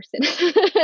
person